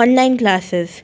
online classes